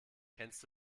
kennst